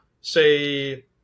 say